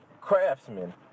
craftsman